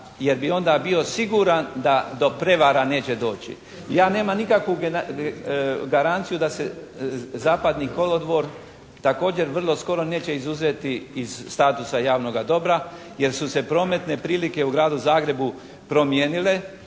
jer bi onda bio siguran da do prijevara neće doći. Ja nemam nikakvu garanciju da se zapadni kolodvor također vrlo skoro neće izuzeti iz statusa javnoga dobra jer su se prometne prilike u Gradu Zagrebu promijenile